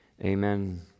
Amen